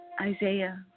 Isaiah